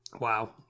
Wow